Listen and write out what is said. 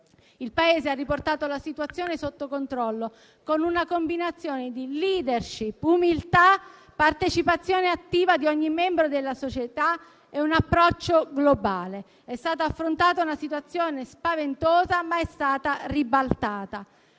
Il Paese ha riportato la situazione sotto controllo con una combinazione di *leadership*, umiltà, partecipazione attiva di ogni membro della società e un approccio globale. È stata affrontata una situazione spaventosa ma è stata ribaltata.